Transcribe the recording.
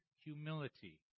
humility